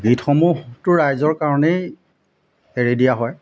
গীতসমূহটো ৰাইজৰ কাৰণেই হেৰি দিয়া হয়